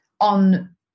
on